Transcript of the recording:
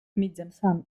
mitjançant